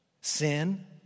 Sin